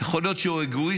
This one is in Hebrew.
יכול להיות שהוא אגואיסט,